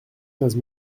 quinze